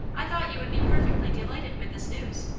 i thought you would be perfectly delighted with this news.